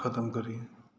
खतम करी